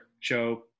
show